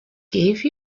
gave